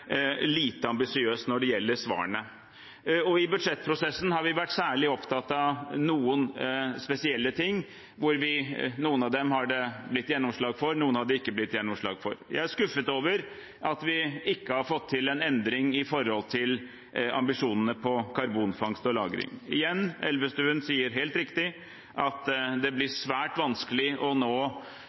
lite ambisiøst når det gjelder svarene. I budsjettprosessen har vi vært særlig opptatt av noen spesielle ting. Noen av dem har det blitt gjennomslag for, noen av dem har det ikke blitt gjennomslag for. Jeg er skuffet over at vi ikke har fått til en endring når det gjelder ambisjonene for karbonfangst og -lagring. Igjen sier Elvestuen helt riktig at det blir svært vanskelig å nå